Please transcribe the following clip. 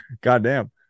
Goddamn